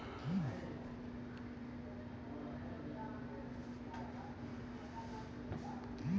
रवि फसल कई प्रकार होचे?